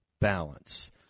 BALANCE